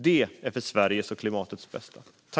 Det är för Sveriges och klimatets bästa.